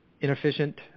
Inefficient